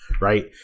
right